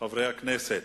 חברי הכנסת,